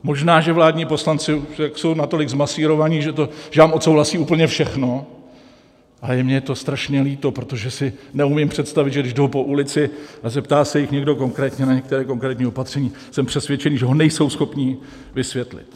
Možná že vládní poslanci jsou natolik zmasírovaní, že vám odsouhlasí úplně všechno, ale mně je to strašně líto, protože si neumím představit, že když jdou po ulici a zeptá se jich někdo konkrétně na některá konkrétní opatření, jsem přesvědčený, že ho nejsou schopni vysvětlit.